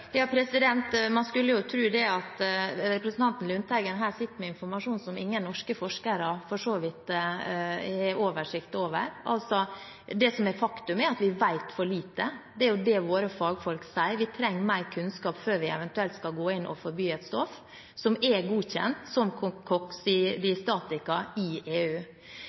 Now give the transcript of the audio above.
Man skulle tro at representanten Lundteigen sitter med informasjon som ingen norske forskere for så vidt har oversikt over. Det som er faktum, er at vi vet for lite. Det er det våre fagfolk sier. Vi trenger mer kunnskap før vi eventuelt skal gå inn og forby et stoff som er godkjent som et koksidiostatikum i EU.